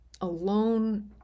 alone